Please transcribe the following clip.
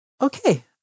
okay